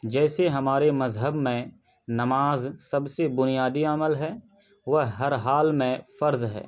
جیسے ہمارے مذہب میں نماز سب سے بنیادی عمل ہے وہ ہر حال میں فرض ہے